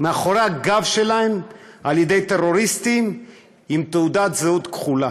מהגב שלהם על ידי טרוריסטים עם תעודת זהות כחולה.